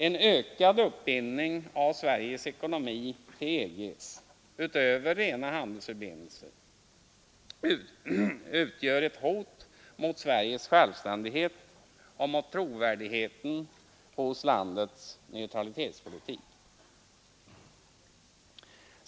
En ökad uppbindning av Sveriges ekonomi till EG utöver rena handelsförbindelser utgör ett hot mot Sveriges självständighet och mot trovärdigheten hos landets neutralitetspolitik.